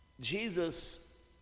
Jesus